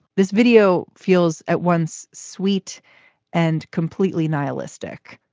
this video feels at once sweet and completely nihilistic.